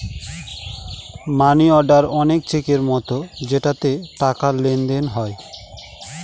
মানি order অনেক চেকের মতো যেটাতে টাকার লেনদেন হয়